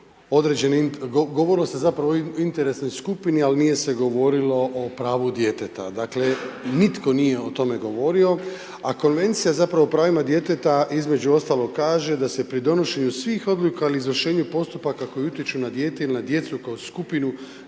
pravu, govorilo se zapravo o interesnoj skupini ali nije se govorilo o pravu djeteta. Dakle nitko nije o tome govorio a Konvencija zapravo o pravima djeteta između ostalog kaže da se pri donošenju svih odluka o izvršenju postupaka koji utječu na dijete ili na djecu kroz skupinu,